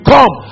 Come